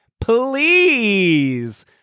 Please